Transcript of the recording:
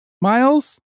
miles